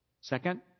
Second